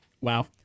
Wow